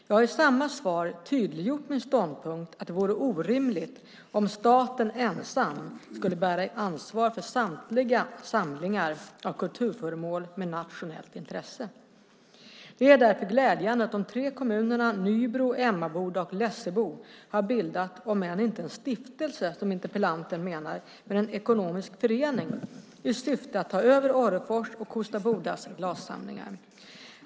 Jag har i samma svar tydliggjort min ståndpunkt att det vore orimligt om staten ensam skulle bära ansvar för samtliga samlingar av kulturföremål med nationellt intresse. Det är därför glädjande att de tre kommunerna Nybro, Emmaboda och Lessebo har bildat om än inte en stiftelse, som interpellanten menar, så en ekonomisk förening i syfte att ta över Orrefors och Kosta Bodas glassamlingar.